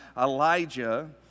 Elijah